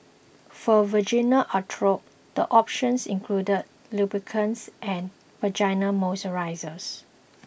for vaginal atrophy the options include lubricants and vaginal moisturisers